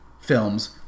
films